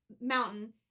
mountain